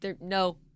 No